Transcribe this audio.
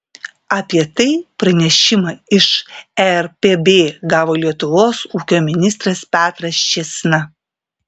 apie tai pranešimą iš erpb gavo lietuvos ūkio ministras petras čėsna